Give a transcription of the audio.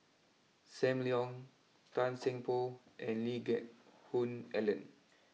Sam Leong Tan Seng Poh and Lee Geck Hoon Ellen